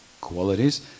qualities